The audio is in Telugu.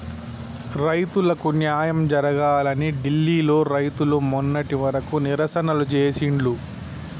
రైతులకు న్యాయం జరగాలని ఢిల్లీ లో రైతులు మొన్నటి వరకు నిరసనలు చేసిండ్లు